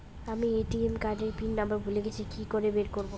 আমি ATM card এর pin number ভুলে গেছি কি করে বের করব?